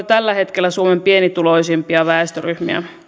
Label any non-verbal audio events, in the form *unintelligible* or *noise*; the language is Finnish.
*unintelligible* tällä hetkellä suomen pienituloisimpia väestöryhmiä